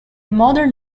modern